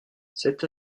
cette